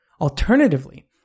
Alternatively